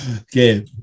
Okay